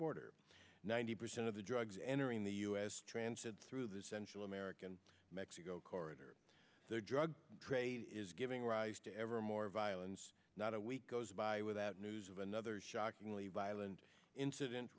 border ninety percent of the drugs entering the u s transit through the central american mexico corridor their drug trade is giving rise to ever more violence not a week goes by without news of another shockingly violent incident